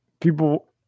people